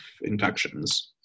infections